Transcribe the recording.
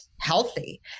healthy